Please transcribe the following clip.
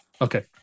okay